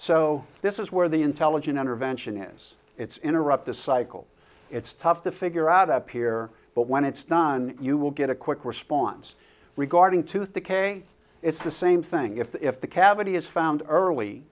so this is where the intelligent intervention is it's interrupt the cycle it's tough to figure out up here but when it's done you will get a quick response regarding tooth decay it's the same thing if the cavity is found early